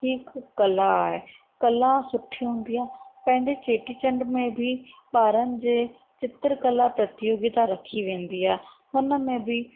ही हिक कला आहे कला सुठी हूंदी आहे पंहिंजे चेटीचंड में बि ॿारनि जे चित्रकला प्रतियोगिता रखी वेंदी आहे हुन में बि